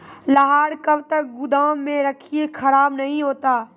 लहार कब तक गुदाम मे रखिए खराब नहीं होता?